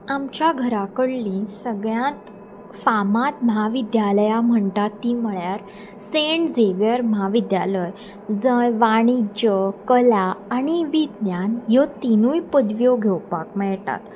आमच्या घरा कडली सगळ्यांत फामाद महाविद्यालयां म्हणटात तीं म्हळ्यार सेंट झेवियर म्हाविद्यालय जंय वाणिज्य कला आनी विज्ञान ह्यो तिनूय पदव्यो घेवपाक मेळटात